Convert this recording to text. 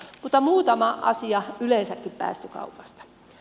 mutta muutama asia yleensäkin päästökaupasta